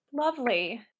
Lovely